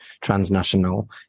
transnational